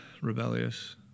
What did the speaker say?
rebellious